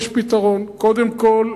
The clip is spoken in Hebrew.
יש פתרון: קודם כול,